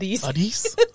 Buddies